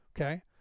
okay